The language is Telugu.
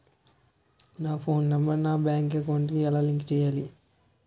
నా ఫోన్ నంబర్ నా బ్యాంక్ అకౌంట్ కి ఎలా లింక్ చేయాలి?